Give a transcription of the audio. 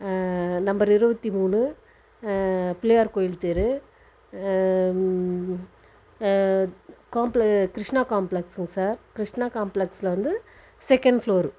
number இருபத்திமூணு பிள்ளையார் கோவில் தெரு காம்ப்ள கிருஷ்ணா காம்ப்ளக்ஸுங்க சார் கிருஷ்ணா காம்ப்ளக்ஸில் வந்து செகேண்ட் ஃப்லோரு